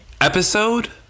episode